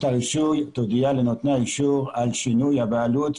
הרישוי תודיע לנותני האישור על שינוי הבעלות,